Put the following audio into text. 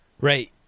Right